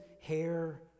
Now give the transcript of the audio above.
hair